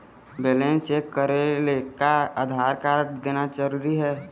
Balance check करेले का Aadhaar card देना जरूरी हे?